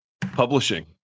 publishing